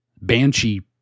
Banshee